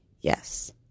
yes